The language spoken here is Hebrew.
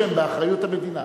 שהם באחריות המדינה.